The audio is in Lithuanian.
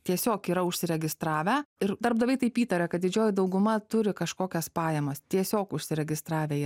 tiesiog yra užsiregistravę ir darbdaviai taip įtaria kad didžioji dauguma turi kažkokias pajamas tiesiog užsiregistravę jie